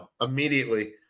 immediately